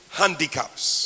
handicaps